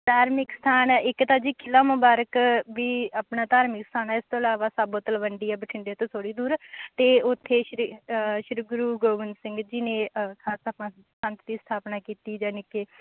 ਧਾਰਮਿਕ ਸਥਾਨ ਇੱਕ ਤਾਂ ਜੀ ਕਿਲ੍ਹਾ ਮੁਬਾਰਕ ਵੀ ਆਪਣਾ ਧਾਰਮਿਕ ਸਥਾਨ ਹੈ ਇਸ ਤੋਂ ਇਲਾਵਾ ਸਾਬੋ ਤਲਵੰਡੀ ਆ ਬਠਿੰਡੇ ਤੋਂ ਥੋੜ੍ਹੀ ਦੂਰ 'ਤੇ ਉੱਥੇ ਸ੍ਰੀ ਸ੍ਰੀ ਗੁਰੂ ਗੋਬਿੰਦ ਸਿੰਘ ਜੀ ਨੇ ਖਾਲਸਾ ਪੰਥ ਦੀ ਸਥਾਪਨਾ ਕੀਤੀ ਜਾਨੀ ਕਿ